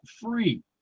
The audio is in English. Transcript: free